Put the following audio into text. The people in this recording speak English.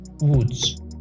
Woods